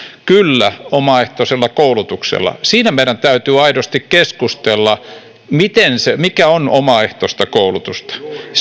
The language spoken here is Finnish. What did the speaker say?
kyllä omaehtoisella koulutuksella siitä meidän täytyy aidosti keskustella mikä on omaehtoista koulutusta